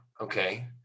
okay